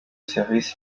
servisi